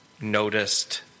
noticed